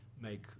make